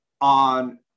on